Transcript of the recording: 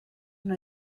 una